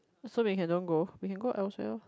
so we can don't go we can go elsewhere lor